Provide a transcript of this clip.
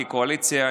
כקואליציה,